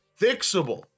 fixable